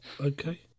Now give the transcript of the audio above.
okay